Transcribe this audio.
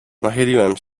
nachyliłem